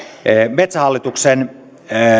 metsähallituksen